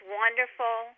wonderful